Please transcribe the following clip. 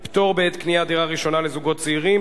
פטור בעת קניית דירה ראשונה לזוגות צעירים),